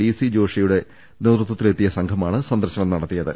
D C ജോഷിയുടെ നേതൃത്വത്തിലെത്തിയ സംഘമാണ് സന്ദർശനം നടത്തിയത്